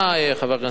חבר הכנסת אזולאי,